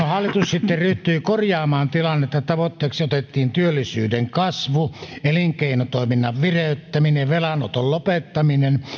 hallitus sitten ryhtyi korjaamaan tilannetta tavoitteeksi otettiin työllisyyden kasvu elinkeinotoiminnan vireyttäminen velanoton lopettaminen